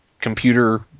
computer